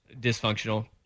dysfunctional